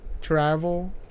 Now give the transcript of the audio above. Travel